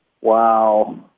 Wow